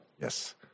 Yes